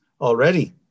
already